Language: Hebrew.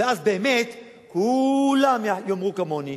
ואז באמת כ-ו-ל-ם יאמרו כמוני,